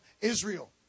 Israel